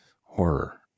horror